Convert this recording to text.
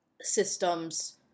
systems